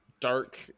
dark